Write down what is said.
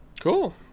cool